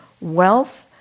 wealth